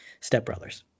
stepbrothers